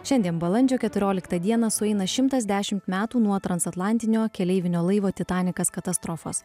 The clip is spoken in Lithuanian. šiandien balandžio keturioliktą dieną sueina šimtas dešim metų nuo transatlantinio keleivinio laivo titanikas katastrofos